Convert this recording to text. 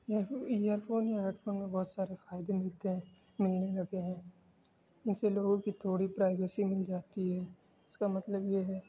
year year phone یا headphone میں بہت سارے فائدے ملتے ہیں ملنے لگے ہیں جس سے لوگوں کی تھوڑی پرائیویسی مل جاتی ہے اس کا مطلب یہ ہے